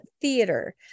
Theater